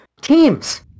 teams